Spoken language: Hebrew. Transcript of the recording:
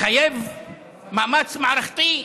זה מחייב מאמץ מערכתי,